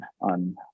on